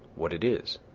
what it is,